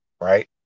Right